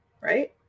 right